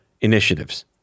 initiatives